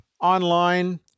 Online